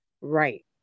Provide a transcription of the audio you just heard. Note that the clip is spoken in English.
Right